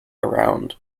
around